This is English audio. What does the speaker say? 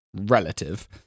relative